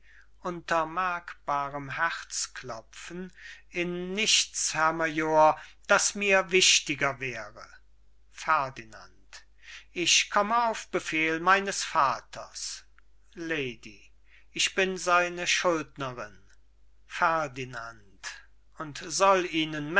in nichts herr major das mir wichtiger wäre ferdinand ich komme auf befehl meines vaters lady ich bin seine schuldnerin ferdinand und soll ihnen